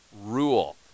rule